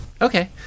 Okay